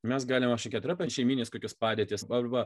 mes galime šnekėt apie šeiminės kokias padėtis arba